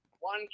one